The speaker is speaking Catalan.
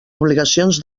obligacions